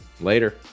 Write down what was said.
Later